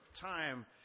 time